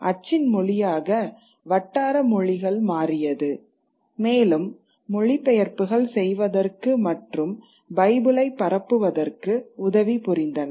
அச்சின் மொழியாக வட்டார மொழிகள் மாறியது மேலும் மொழிபெயர்ப்புகள் செய்வதற்கு மற்றும் பைபிளை பரப்புவதற்கு உதவி புரிந்தன